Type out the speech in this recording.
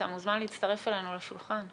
אתה מוזמן להצטרף אלינו לשולחן.